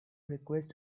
request